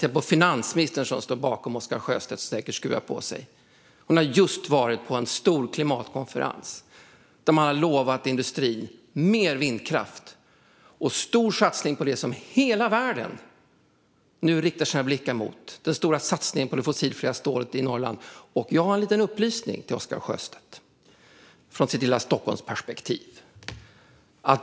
Titta på finansministern, som står bakom Oscar Sjöstedt och säkert skruvar på sig. Hon har just varit på en stor klimatkonferens, där man har lovat industrin mer vindkraft och en stor satsning på det som hela världen nu riktar sina blickar mot: det fossilfria stålet i Norrland. Jag har en liten upplysning till Oscar Sjöstedt, som har sitt lilla Stockholmsperspektiv.